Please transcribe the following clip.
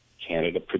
Canada